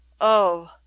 Oh